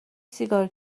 سیگار